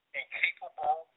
incapable